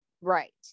Right